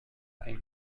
ein